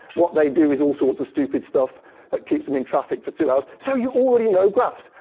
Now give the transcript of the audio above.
what they do is all sorts of stupid stuff that keeps them in traffic for two hours. so you already know graphs.